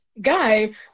guy